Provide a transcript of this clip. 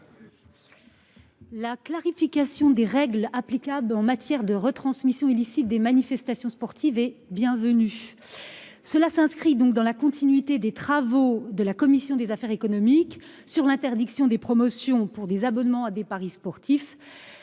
La clarification des règles applicables en matière de retransmission illicite des manifestations sportives et bienvenue. Cela s'inscrit donc dans la continuité des travaux de la commission des affaires économiques sur l'interdiction des promotions pour des abonnements à des paris sportifs.